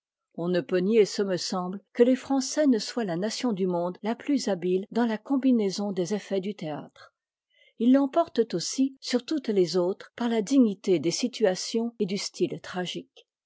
on ne peut nierce me semb e q'uë les français ne soient ia nation du monde a ptus habite dans a combinaison dés effets dû théâtre ils l'emportent aussi sur toutes lès autres par a dignité des situations et du styie tragique